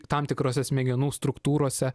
tam tikrose smegenų struktūrose